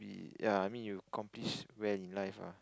ya I mean you accomplish well in life ah